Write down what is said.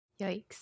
Yikes